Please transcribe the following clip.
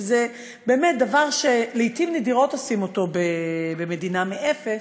שזה באמת דבר שלעתים נדירות עושים אותו במדינה מאפס,